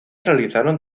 realizaron